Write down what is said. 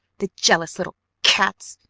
the jealous little cats!